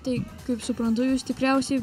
tai kaip suprantu jūs tikriausiai